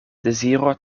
deziro